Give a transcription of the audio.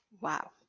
Wow